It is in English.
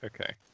Okay